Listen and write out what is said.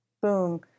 boom